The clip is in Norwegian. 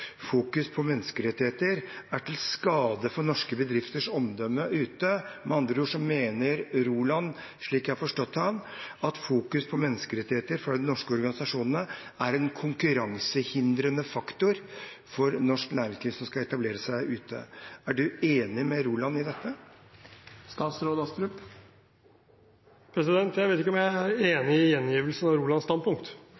fokus på menneskerettigheter er til skade for norske bedrifters omdømme ute. Med andre ord mener Roland, slik jeg har forstått ham, at fokus på menneskerettigheter for de norske organisasjonene er en konkurransehindrende faktor for norsk næringsliv som skal etablere seg ute. Er du enig med Roland i dette? Presidenten vil minne representanten Eide om at statsråden ikke skal tiltales i du-form, men at talen skal rettes til presidenten. Jeg